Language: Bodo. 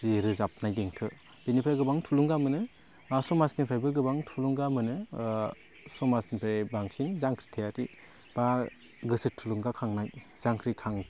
जि रोजाबानाय देंखो बिनिफ्राइ गोबां थुलुंगा मोनो समाजनिफ्राइबो गोबां थुलुंगा मोनो समाजनिफ्राइ बांसिन जांख्रिथायारि बा गोसो थुलुंगाखांनाय जांख्रिखां